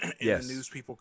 yes